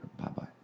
Bye-bye